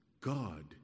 God